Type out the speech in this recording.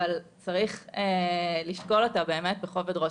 אבל צריך לשקול אותה באמת בכובד ראש.